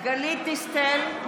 (קוראת בשמות חברי הכנסת) גלית דיסטל אטבריאן,